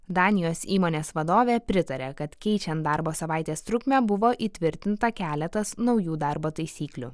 danijos įmonės vadovė pritaria kad keičian darbo savaitės trukmę buvo įtvirtinta keletas naujų darbo taisyklių